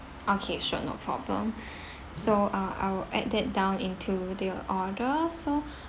okay sure no problem so uh I will add that down into the order so